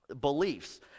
beliefs